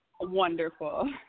wonderful